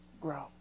grow